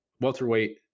welterweight